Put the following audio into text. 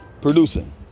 producing